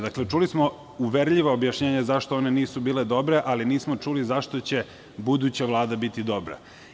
Dakle, čuli smo uverljiva objašnjenja zašto one nisu bile dobre, ali nismo čuli zašto će buduća vlada biti dobra?